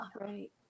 right